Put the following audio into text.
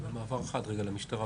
במעבר חד למשטרה,